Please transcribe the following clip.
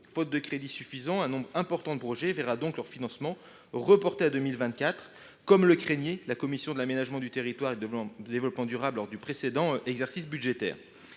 faute de crédits suffisants, un nombre important de ces projets verront leurs financements reportés à 2024, comme le craignait la commission de l’aménagement du territoire et du développement durable du Sénat lors du précédent exercice budgétaire.